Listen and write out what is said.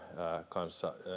kanssa